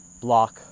block